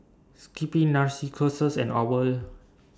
Skippy and OWL